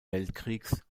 weltkriegs